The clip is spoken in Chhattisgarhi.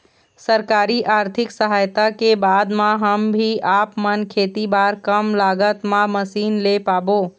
सरकारी आरथिक सहायता के बाद मा हम भी आपमन खेती बार कम लागत मा मशीन ले पाबो?